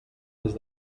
des